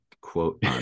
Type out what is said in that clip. quote